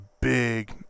big